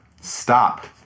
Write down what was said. Stop